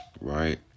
Right